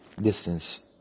distance